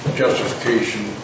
justification